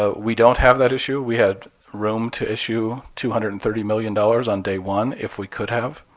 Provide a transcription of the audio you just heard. ah we don't have that issue. we had room to issue two hundred and thirty million dollars on day one if we could have.